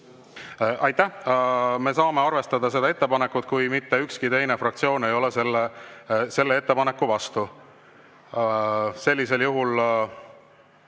Aitäh! Me saame arvestada seda ettepanekut siis, kui mitte ükski teine fraktsioon ei ole selle ettepaneku vastu. Jevgeni